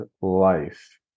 life